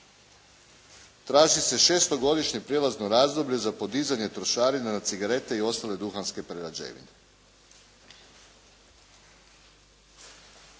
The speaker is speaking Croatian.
Traži se šestogodišnje prijelazno razdoblje za podizanje trošarina na cigarete i ostale duhanske prerađevine.